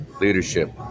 Leadership